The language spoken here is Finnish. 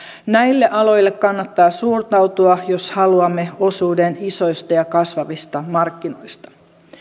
näille aloille kannattaa suuntautua jos haluamme osuuden isoista ja kasvavista markkinoista